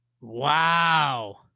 Wow